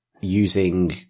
using